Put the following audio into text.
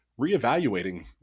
reevaluating